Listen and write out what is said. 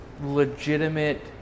legitimate